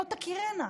לא יכירן.